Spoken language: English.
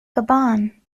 gabon